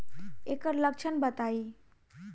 एकर लक्षण बताई?